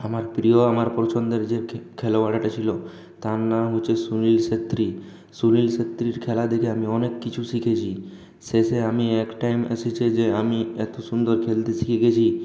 আমার প্রিয় আমার পছন্দের যে খেলোয়াড়টা ছিলো তার নাম হচ্ছে সুনীল ছেত্রী সুনীল ছেত্রীর খেলা দেখে আমি অনেক কিছু শিখেছি শেষে আমি এক টাইম এসেছে যে আমি এতো সুন্দর খেলতে শিখে গেছি